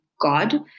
God